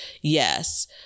Yes